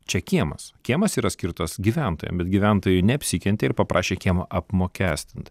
čia kiemas kiemas yra skirtas gyventojams bet gyventojai neapsikentė ir paprašė kiemą apmokestint